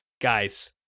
guys